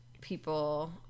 people